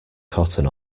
cotton